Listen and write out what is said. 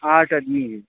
ہاں اچھا ٹھیک ہے